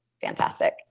fantastic